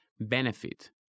benefit